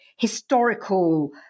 historical